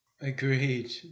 Agreed